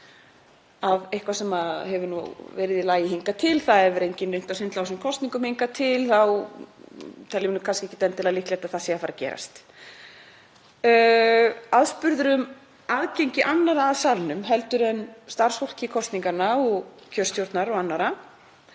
ef eitthvað hefur verið í lagi hingað til, það hefur enginn reynt að svindla á þessum kosningum hingað til, þá sé kannski ekkert endilega líklegt að það sé að fara að gerast. Aðspurður um aðgengi annarra að salnum en starfsfólks kosninganna og kjörstjórnar og annarra